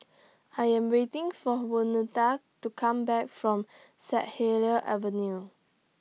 I Am waiting For Waneta to Come Back from Saint Helier's Avenue